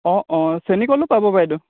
অঁ অঁ চেনিকলো পাব বাইদেউ